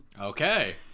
Okay